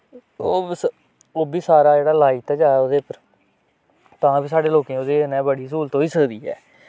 ओह् बस ओह् बी सारा जेह्ड़ा लाई दित्ता जाए ओह्दे उप्पर तां बी साढ़े लोकें ओह्दे कन्नै बड़ी स्हूलत होई सकदी ऐ